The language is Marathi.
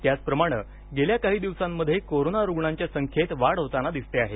त्याच प्रमाणे गेल्या काही दिवसांत कोरोना रुग्णांच्या संख्येत वाढ होताना दिसते आहे